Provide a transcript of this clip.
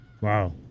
Wow